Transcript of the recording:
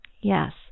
Yes